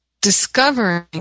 Discovering